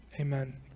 Amen